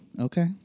okay